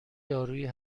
دارویی